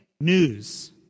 news